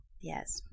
Yes